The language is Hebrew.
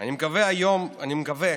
אני מקווה